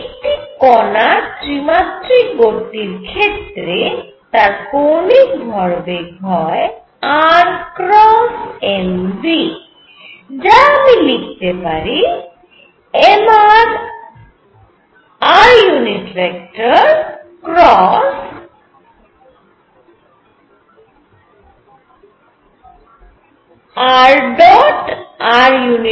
একটি কণার ত্রিমাত্রিক গতির ক্ষেত্রে তার কৌণিক ভরবেগ হয় r× mv যা আমি লিখতে পারি mrr×rrrrsinθ